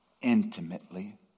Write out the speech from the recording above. intimately